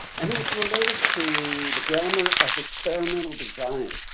and it was related to the grammar of experimental design,